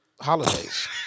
holidays